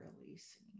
releasing